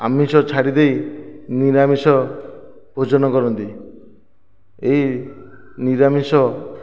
ଆମିଷ ଛାଡ଼ିଦେଇ ନିରାମିଷ ଭୋଜନ କରନ୍ତି ଏହି ନିରାମିଷ